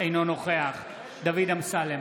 אינו נוכח דוד אמסלם,